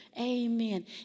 Amen